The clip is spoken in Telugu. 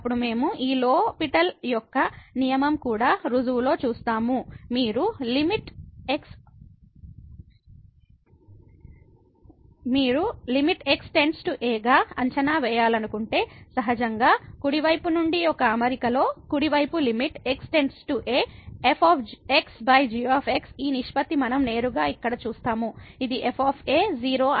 అప్పుడు మనం ఈ లో పిటెల్LHopitals rules యొక్క నియమం యొక్క రుజువులో చూస్తాము మీరు లిమిట్ x → a గా అంచనా వేయాలనుకుంటే సహజంగా కుడి వైపు నుండి ఒక అమరికలో కుడివైపు లిమిట్ x → a fg ఈ నిష్పత్తి మనం నేరుగా ఇక్కడ చూస్తాము ఇది f 0 అని చెబుతుంది